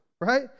right